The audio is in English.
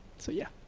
so yeah.